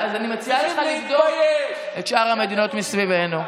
אתם צריכים להתבייש כשאתם אומרים "דמוקרטיה".